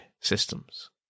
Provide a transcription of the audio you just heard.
systems